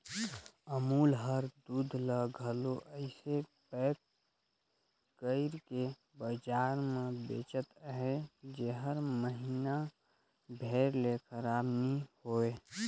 अमूल हर दूद ल घलो अइसे पएक कइर के बजार में बेंचत अहे जेहर महिना भेर ले खराब नी होए